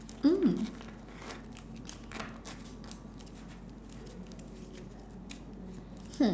mm